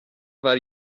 war